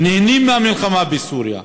נהנים מהמלחמה בסוריה.